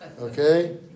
Okay